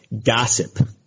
gossip